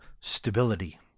stability